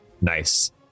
Nice